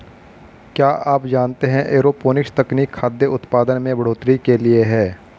क्या आप जानते है एरोपोनिक्स तकनीक खाद्य उतपादन में बढ़ोतरी के लिए है?